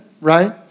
right